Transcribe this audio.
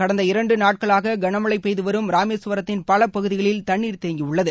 கடந்த இரண்டு நாட்களாக கனமழை பெய்து வரும் ராமேஸ்வரத்தின் பல பகுதிகளில் தண்ணீர் தேங்கியிருந்தது